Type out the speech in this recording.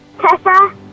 Tessa